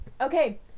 Okay